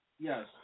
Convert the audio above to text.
Yes